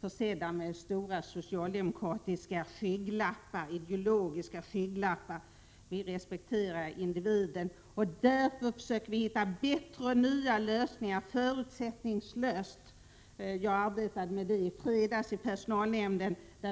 försedda med stora socialdemokratiska ideologiska skygglappar. Vi respekterar individen. Därför söker vi förutsättningslöst nya, bättre lösningar. Jag arbetade med detta i personalnämnden i fredags.